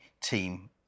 team